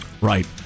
right